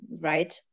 right